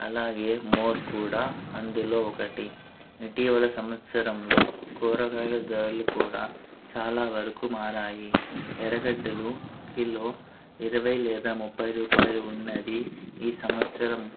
అలాగే మోర్ కూడా అందులో ఒకటి ఇటీవల సంవత్సరంలో కూరగాయల ధరలు కూడా చాలా వరకు మారాయి ఎర్రగడ్డలు కిలో ఇరవై లేదా ముప్పై రూపాయలు ఉన్నది ఈ సంవత్సరం